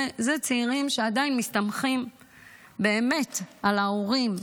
זה צעירים שעדיין מסתמכים באמת על ההורים,